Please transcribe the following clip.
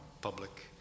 public